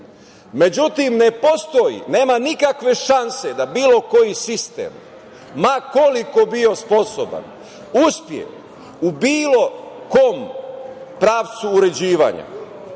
međutim ne postoji, nema nikakve šanse da bilo koji sistem ma koliko bio sposoban uspe u bilo kom pravcu uređivanja